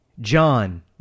John